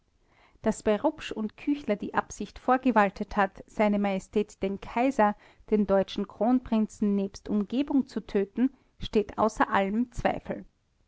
daß bei rupsch und küchler die absicht vorgewaltet hat se majestät den kaiser den deutschen kronprinzen nebst umgebung zu töten steht außer allem zweifel